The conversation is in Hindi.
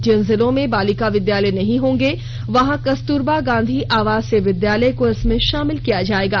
जिन जिलों में बालिका विद्यालय नहीं होंगे वहां कस्तूरबा गांधी आवासीय विद्यालय को इसमें शामिल किया जायेगा